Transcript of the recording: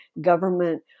government